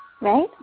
Right